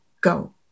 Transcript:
go